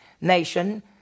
nation